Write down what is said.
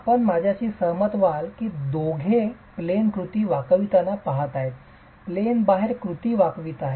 आपण माझ्याशी सहमत व्हाल की दोघे प्लेन कृती वाकविताना पहात आहेत प्लेन बाहेर कृती वाकवित आहेत